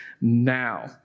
now